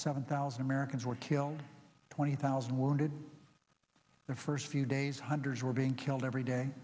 seven thousand americans were killed twenty thousand wounded the first few days hundreds were being killed every day